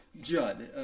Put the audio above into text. Judd